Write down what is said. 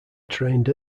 trained